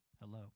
Hello